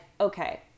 okay